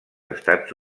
estats